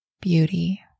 beauty